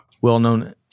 well-known